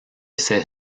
ces